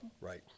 right